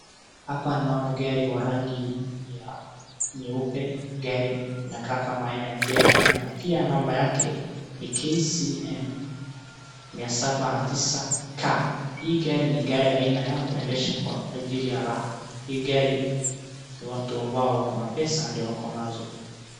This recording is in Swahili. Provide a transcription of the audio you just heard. Hapa naona gari wa rangi ya nyeupe. Gar inakaa kama aina ya fielder na pia namba yake ni KCM 709K. Hii gari ni gari aina ya kuendesha kwa ajili ya raha. Hii gari ni watu ambao wako na pesa ndio wako nazo.